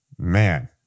Man